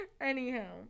Anyhow